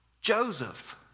joseph